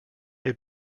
est